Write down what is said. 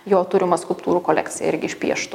jo turimą skulptūrų kolekciją irgi išpieštų